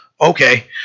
Okay